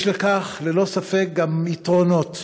יש לכך ללא ספק גם יתרונות,